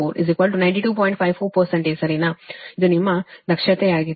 54 ಸರಿನಾ ಇದು ನಿಮ್ಮ ದಕ್ಷತೆಯಾಗಿದೆ